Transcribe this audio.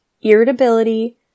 irritability